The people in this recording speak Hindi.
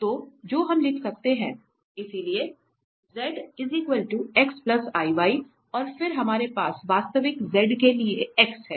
तो जो हम लिख सकते हैं इसलिए z x iy और फिर हमारे पास वास्तविक z के लिए x है